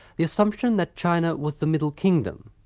the assumption that china was the middle kingdom,